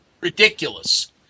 ridiculous